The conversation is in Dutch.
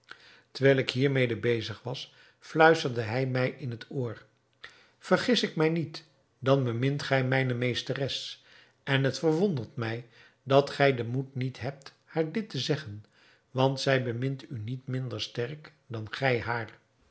terwijl ik hiermede bezig was fluisterde hij mij in het oor vergis ik mij niet dan bemint gij mijne meesteres en het verwondert mij dat gij den moed niet hebt haar dit te zeggen want zij bemint u niet minder sterk dan gij haar